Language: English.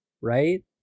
right